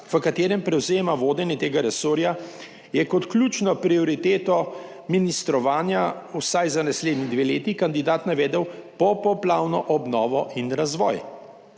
v katerem prevzema vodenje tega resorja, je kot ključno prioriteto ministrovanja vsaj za naslednji dve leti kandidat navedel popoplavno obnovo in razvoj,